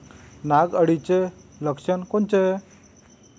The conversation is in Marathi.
नाग अळीचं लक्षण कोनचं?